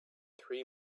three